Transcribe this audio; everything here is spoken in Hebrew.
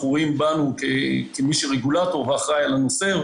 רואים את עצמנו כרגולטור שלו ומי שאחראי על הנושא.